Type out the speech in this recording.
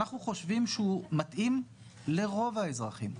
אנחנו חושבים שהוא מתאים לרוב האזרחים.